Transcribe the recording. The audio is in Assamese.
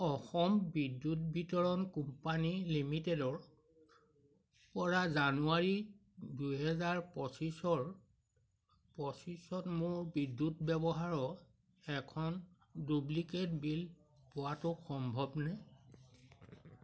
অসম বিদ্যুৎ বিতৰণ কোম্পানী লিমিটেডৰপৰা জানুৱাৰী দুহেজাৰ পঁচিছৰ পঁচিছত মোৰ বিদ্যুৎ ব্যৱহাৰৰ এখন ডুপ্লিকেট বিল পোৱাটো সম্ভৱনে